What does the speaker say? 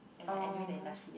and like enduring the industry ya